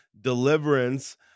deliverance